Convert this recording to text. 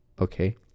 Okay